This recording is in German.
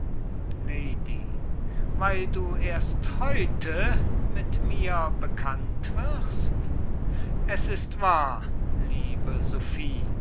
lady weil du erst heute mit mir bekannt wirst es ist wahr liebe